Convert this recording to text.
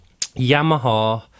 Yamaha